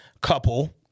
couple